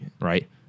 right